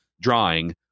drawing